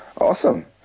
awesome